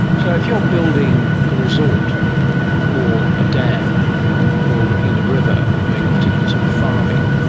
so if you're building a resort or a dam or looking at a river or doing a particular sort of farming,